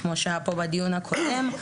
כפי שנאמר פה בדיון הקודם.